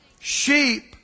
Sheep